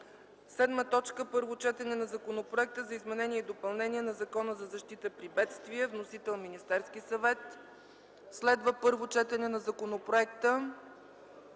съвет. 7. Първо четене на Законопроекта за изменение и допълнение на Закона за защита при бедствия. Вносител – Министерският съвет. 8. Първо четена на Законопроекта